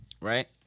Right